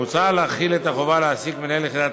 מוצע להחיל את החובה להעסיק מנהל יחידת